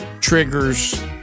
triggers